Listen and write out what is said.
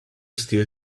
still